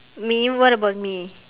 me what about me